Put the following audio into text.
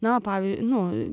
na pavyzdžiui nu